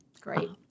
Great